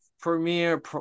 premiere